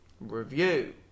Review